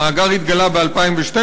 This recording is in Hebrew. המאגר התגלה ב-2012,